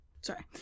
Sorry